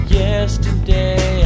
yesterday